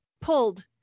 pulled